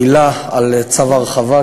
מילה על צו ההרחבה,